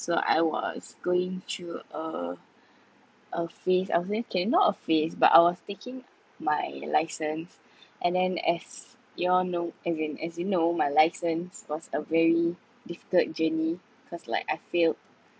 I was going through a a phase I was kay not a phase but I was taking my license and then as you all know as in know my license was a very difficult journey because like I failed